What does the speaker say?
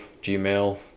Gmail